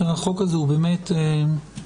כי החוק הזה באמת מורכב.